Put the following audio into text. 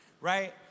Right